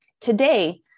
Today